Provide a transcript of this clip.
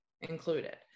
included